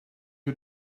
you